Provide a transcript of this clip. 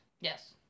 Yes